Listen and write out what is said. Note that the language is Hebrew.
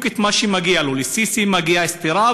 את מה שמגיע לו: לסיסי מגיעה סטירה,